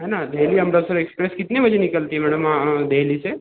है न देहली अमृतसर एक्सप्रेस कितने बजे निकलती है मैडम देहली से